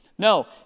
No